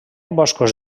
boscos